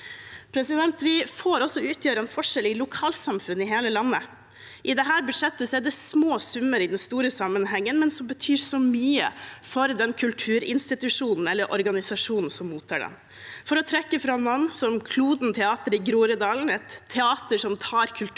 lenge for. Vi får også til å utgjøre en forskjell i lokalsamfunn i hele landet. I dette budsjettet er det små summer i den store sammenhengen, men det betyr så mye for den kulturinstitusjonen eller organisasjonen som mottar det. For å trekke fram noen: Det er penger til Kloden teater i Groruddalen, et teater som tar kulturtilbud